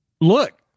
Look